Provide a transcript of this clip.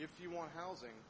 if you want housing